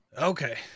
Okay